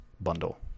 bundle